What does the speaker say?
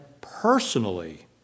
personally